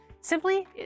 Simply